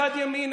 אחד ימין,